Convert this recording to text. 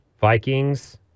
Vikings